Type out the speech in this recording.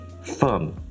firm